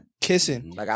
Kissing